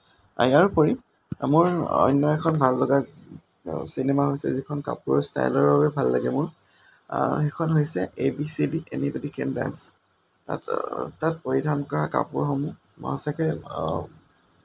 ইয়াৰ উপৰি মোৰ অন্য এখন ভাল লগা চিনেমা হৈছে সেইখন কাপোৰৰ ষ্টাইলৰ বাবে ভাল লাগে মোৰ সেইখন হৈছে A B C D anybody can dance তাত তাত পৰিধান কৰা কাপোৰসমূহ মই সঁচাকৈ